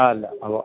അല്ല ഉവ്വ